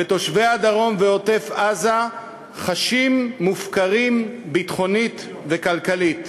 ותושבי הדרום ועוטף-עזה חשים מופקרים ביטחונית וכלכלית.